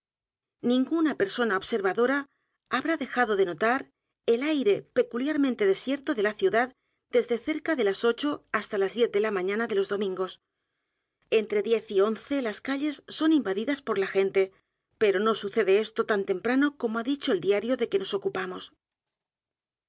ninguna persona observadora habrá dejado de notar el aire peculiarmente desierto de la ciudad desde cerca de las ocho hasta las diez de la mañana de los domingos entre diez y once las calles son invadidas por la gente pero no sucede esto tan temprano como ha dicho el diario de que nos ocupamos